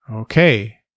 Okay